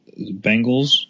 Bengals